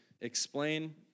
explain